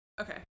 okay